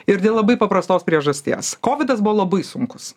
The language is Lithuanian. ir dėl labai paprastos priežasties kovidas labai sunkus